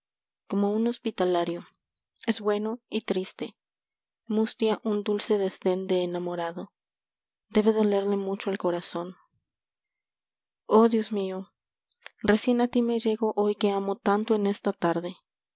como un hospitalario es bueno y triste mustia un dulce desdén de enamorado debe dolerle mucho el corazón oh dios mío recién a ti me llego hoy que amo tanto en esta tarde